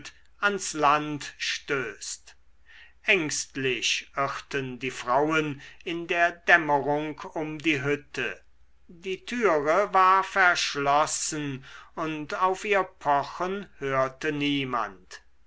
ans land stößt ängstlich irrten die frauen in der dämmerung um die hütte die türe war verschlossen und auf ihr pochen hörte niemand